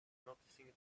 noticing